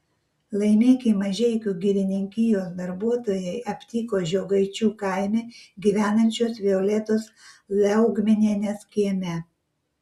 laimikį mažeikių girininkijos darbuotojai aptiko žiogaičių kaime gyvenančios violetos liaugminienės kieme